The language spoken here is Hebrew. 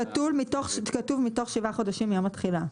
כתוב מתוך שבעה חודשים מיום התחילה,